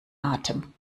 atem